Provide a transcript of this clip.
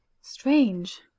Strange